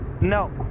no